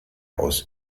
aus